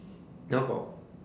now got